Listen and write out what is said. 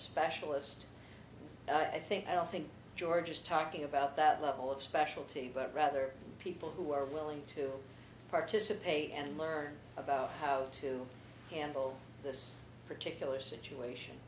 specialist i think i don't think george is talking about that level of specialty but rather people who are willing to participate and learn about how to handle this particular situation